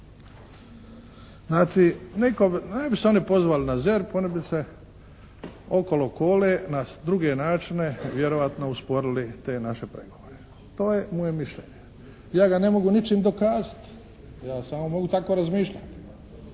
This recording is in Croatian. Znači ne bi se oni pozvali na ZERP, oni bi se okolo kole na druge načine vjerojatno usporili te naše pregovore. To je moje mišljenje. Ja ga ne mogu ničim dokazati. Ja samo mogu tako razmišljati.